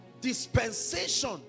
dispensation